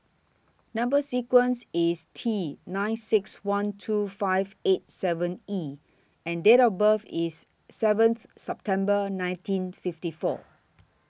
Number sequence IS T nine six one two five eight seven E and Date of birth IS seventh September nineteen fifty four